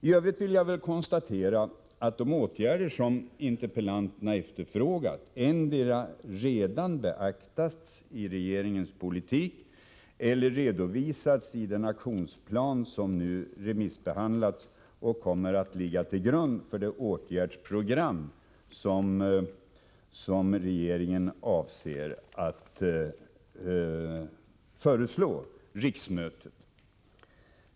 I övrigt vill jag konstatera att de åtgärder som interpellanterna efterfrågat antingen redan beaktats i regeringens politik eller redovisats i den aktionsplan som nu remissbehandlats och kommer att ligga till grund för det åtgärdsprogram som regeringen avser att föreslå riksdagen.